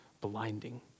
blinding